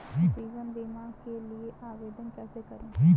जीवन बीमा के लिए आवेदन कैसे करें?